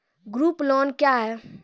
Group loan क्या है?